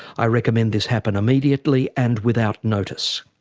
i recommend this happen immediately and without notice.